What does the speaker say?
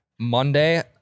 Monday